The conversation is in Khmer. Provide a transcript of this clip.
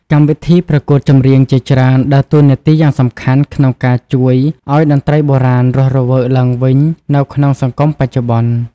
កម្មវិធីប្រកួតចម្រៀងជាច្រើនដើរតួនាទីយ៉ាងសំខាន់ក្នុងការជួយឲ្យតន្ត្រីបុរាណរស់រវើកឡើងវិញនៅក្នុងសង្គមបច្ចុប្បន្ន។